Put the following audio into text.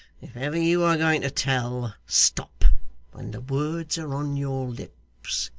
if ever you are going to tell, stop when the words are on your lips,